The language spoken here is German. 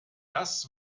das